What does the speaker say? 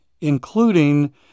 including